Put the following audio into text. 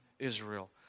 Israel